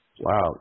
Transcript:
Wow